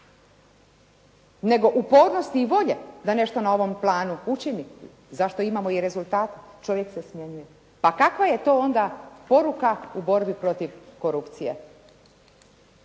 nego upornosti i volje da nešto na ovom planu učini, za što imamo i rezultate, čovjek se smjenjuje. Pa kakva je to onda poruka u borbi protiv korupcije?